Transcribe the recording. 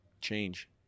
Change